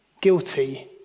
guilty